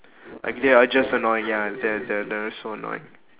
like they are just annoying ah they're they're they're so annoying